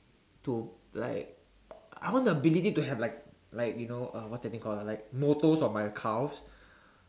to like I want the ability to have like like you know uh what is that thing called like ah like motor of my cars